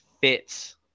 fits